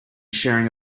sharing